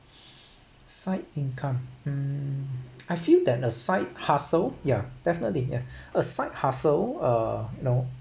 side income mm I feel that a side hustle yeah definitely yeah a side hustle err you know